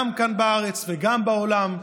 גם כאן בארץ וגם בעולם,